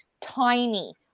tiny